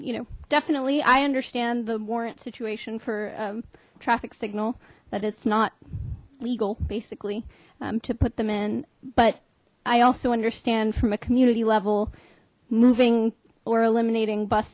you know definitely i understand the warrant situation for a traffic signal that it's not legal basically to put them in but i also understand from a community level moving or eliminating bus